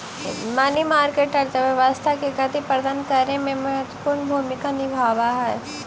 money market अर्थव्यवस्था के गति प्रदान करे में महत्वपूर्ण भूमिका निभावऽ हई